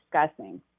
discussing